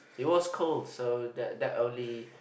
it was cold so that that only